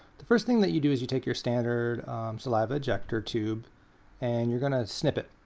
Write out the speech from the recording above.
the first thing that you do is you take your standard saliva ejector tube and you're going to snip it.